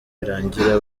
birangira